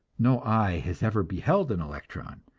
no eye has ever beheld an electron,